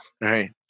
right